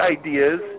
ideas